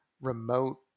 remote